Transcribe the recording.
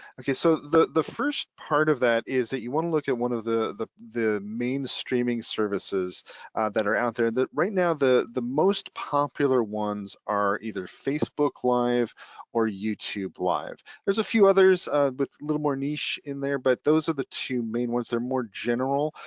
okay, so the the first part of that is that you wanna look at one of the the main streaming services that are out there, that right now the the most popular ones are either facebook live or youtube live. there's a few others with a little more niche in there but those are the two main ones, they're more general.